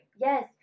Yes